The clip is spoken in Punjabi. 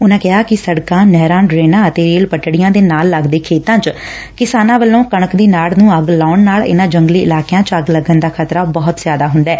ਉਨਾਂ ਕਿਹਾ ਕਿ ਸਤਕਾਂ ਨਹਿਰਾਂ ਡਰੇਨਾ ਅਤੇ ਰੇਲ ਪਟੜੀਆਂ ਦੇ ਨਾਲ ਲਗਦੇ ਖੇਤਾਂ 'ਚ ਕਿਸਾਨਾਂ ਵੱਲੋ' ਕਣਕ ਦੇ ਨਾਤ ਨੰ ਅੱਗ ਲਾਉਣ ਨਾਲ ਇਨਾਂ ਜੰਗਲੀ ਇਲਾਕਿਆਂ ਚ ਅੱਗ ਲੱਗਣ ਦਾ ਖ਼ਤਰਾ ਬਹੁਤ ਜ਼ਿਆਦੈ